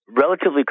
relatively